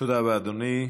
תודה רבה, אדוני.